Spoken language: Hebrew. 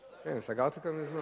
אי-אפשר, כן, סגרתי כבר מזמן.